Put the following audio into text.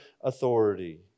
authority